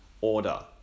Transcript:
order